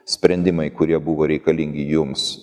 sprendimai kurie buvo reikalingi jums